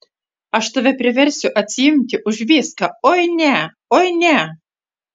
aš tave priversiu atsiimti už viską oi ne oi ne